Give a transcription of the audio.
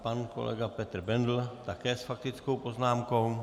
Pan kolega Petr Bendl také s faktickou poznámkou.